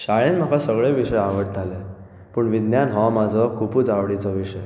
शाळेंत म्हाका सगळे विशय आवडटाले पूण विज्ञान हो म्हजो खुबूच आवडिचो विशय